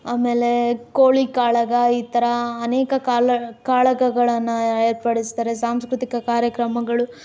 ಆಮೇಲೆ ಕೋಳಿ ಕಾಳಗ ಈ ಥರ ಅನೇಕ ಕಾಲ ಕಾಳಗಗಳನ್ನು ಏರ್ಪಡಿಸ್ತಾರೆ ಸಾಂಸ್ಕೃತಿಕ ಕಾರ್ಯಕ್ರಮಗಳು